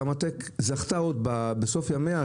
Kamatech זכתה עוד בסוף ימיה,